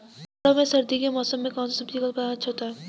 पहाड़ों में सर्दी के मौसम में कौन सी सब्जी का उत्पादन अच्छा होता है?